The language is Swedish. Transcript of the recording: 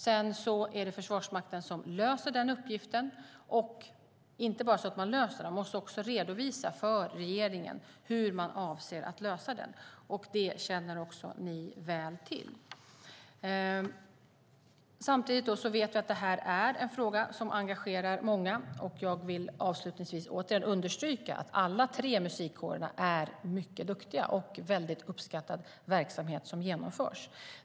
Sedan är det Försvarsmakten som löser den uppgiften - och inte bara löser den utan redovisar för regeringen hur man avser att lösa den. Det känner ledamöterna väl till. Samtidigt vet vi att det här är en fråga som engagerar många, och jag vill avslutningsvis återigen understryka att alla tre musikkårer är mycket duktiga, och det är en uppskattad verksamhet som genomförs.